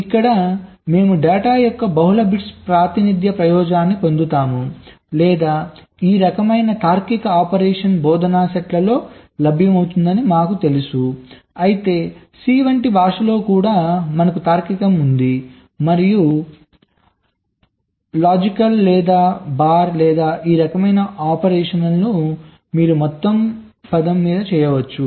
ఇక్కడ మేము డేటా యొక్క బహుళ బిట్ ప్రాతినిధ్య ప్రయోజనాన్ని పొందుతాము లేదా ఈ రకమైన తార్కిక ఆపరేషన్ బోధనా సెట్లో లభ్యమవుతుందని మాకు తెలుసు అయితే C వంటి భాషలో కూడా మనకు తార్కికం ఉంది మరియు ఆంపర్సండ్ లాజికల్ లేదా బార్ లేదా ఈ రకమైన ఆపరేషన్లు మీరు మొత్తం పదం మీద చేయవచ్చు